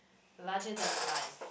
larger than the lights